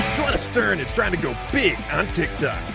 joanna stern is trying to go big on tiktok.